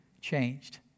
changed